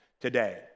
today